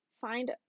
find